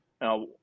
now